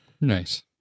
Nice